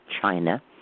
China